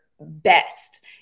best